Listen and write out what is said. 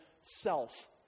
self